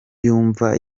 yumva